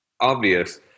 obvious